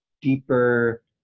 deeper